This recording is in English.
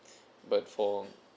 but for